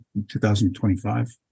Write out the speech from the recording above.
2025